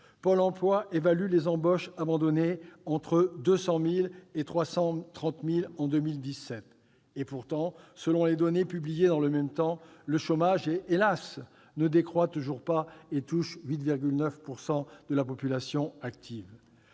Pôle emploi évalue les embauches abandonnées entre 200 000 et 330 000 en 2017. Pourtant, selon les données publiées dans le même temps, le chômage, hélas ! ne décroît toujours pas et touche 8,9 % de la population active.